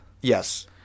Yes